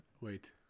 wait